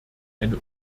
eine